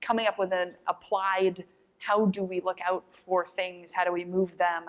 coming up with a applied how do we look out for things, how do we move them,